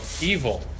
evil